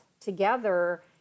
together